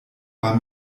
war